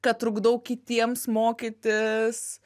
kad trukdau kitiems mokytis